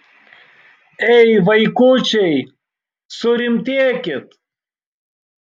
ei vaikučiai surimtėkit